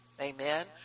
amen